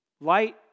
Light